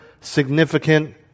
significant